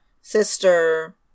sister